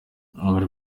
abari